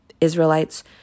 Israelites